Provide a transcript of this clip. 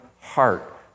heart